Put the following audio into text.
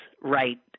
right